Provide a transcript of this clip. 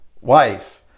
wife